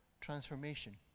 transformation